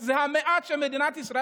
ושמענו את הרב ליצמן אומר לו